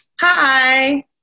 Hi